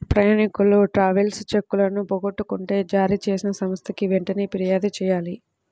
ప్రయాణీకులు ట్రావెలర్స్ చెక్కులను పోగొట్టుకుంటే జారీచేసిన సంస్థకి వెంటనే పిర్యాదు చెయ్యాలి